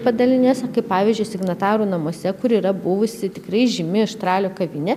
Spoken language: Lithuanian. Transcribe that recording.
padaliniuose kaip pavyzdžiui signatarų namuose kur yra buvusi tikrai žymi štralio kavinė